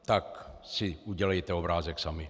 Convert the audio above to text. Tak si udělejte obrázek sami.